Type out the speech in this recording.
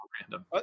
random